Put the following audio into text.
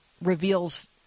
reveals